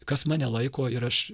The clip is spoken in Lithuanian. kas mane laiko ir aš